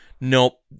Nope